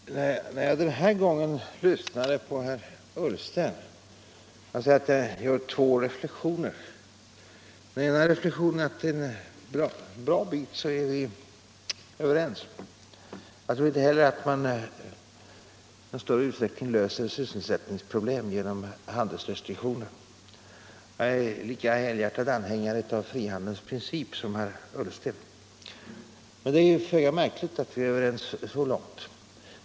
Herr talman! När jag den här gången lyssnade på herr Ullsten gjorde jag två reflexioner. Den ena är att en bra bit är vi överens. Jag tror inte heller att man i någon större utsträckning löser sysselsättningsproblem genom handelsrestriktioner. Jag är lika helhjärtat anhängare av frihandelns principer som herr Ullsten. Men det är ju föga märkligt att vi är överens så långt.